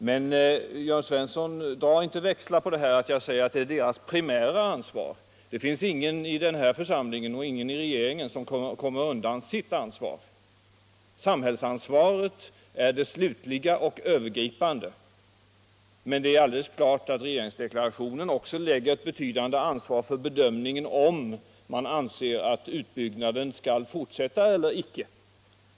Men dra inte växlar, Jörn Svensson, på att jag säger att det är deras primära ansvar. Det är ingen i den här församlingen, och ingen i regeringen, som kommer undan sitt ansvar. Samhällsansvaret är det slutliga och övergripande. Det är emellertid alldeles klart att regeringsdeklarationen också på kraftföretagen lägger ett betydande ansvar för bedömningen av huruvida utbyggnaden skall fortsätta eller icke.